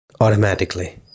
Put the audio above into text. automatically